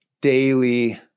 daily